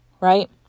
right